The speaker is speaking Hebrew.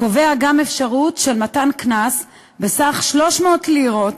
קובע גם אפשרות של מתן קנס בסך 300 לירות